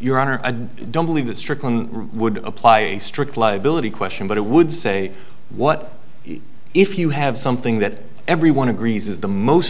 your honor i don't believe that strickland would apply a strict liability question but it would say what if you have something that everyone agrees is the most